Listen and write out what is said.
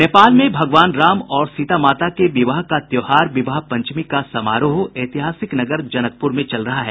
नेपाल में भगवान राम और सीता माता के विवाह का त्यौहार विवाह पंचमी का समारोह एतिहासिक नगर जनकपुर में चल रहा है